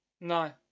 No